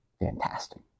Fantastic